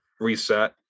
reset